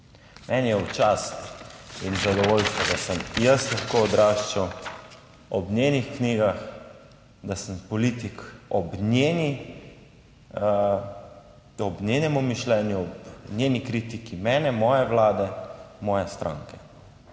Meni je v čast in zadovoljstvo, da sem jaz lahko odraščal ob njenih knjigah, da sem politik ob njenem mišljenju, ob njeni kritiki mene, moje vlade, moje stranke